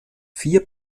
vier